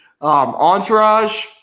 Entourage